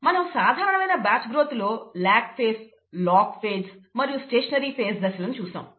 మనం సాధారణమైన batch growth లో ల్యాగ్ ఫేజ్ లాగ్ ఫేజ్ మరియు స్టేషనరీ ఫేజ్ దశలను చూసాము